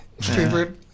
favorite